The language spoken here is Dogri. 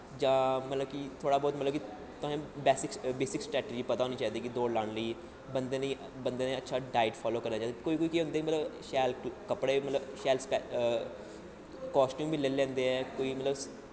जां थोह्ड़ा बौह्त मतलब कि तुसें बेसिक स्ट्रैटजी पता होनी चाहिदी दौड़ लाने लेई बंदे ने अच्छा डाईट फालो करना चाहिदा कि कोई केह् होंदा मतलब शैल कपड़े मतलब कासटूम बी लेई लैंदे न कोई मतलब